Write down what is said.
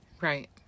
Right